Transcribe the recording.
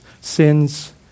sins